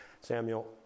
Samuel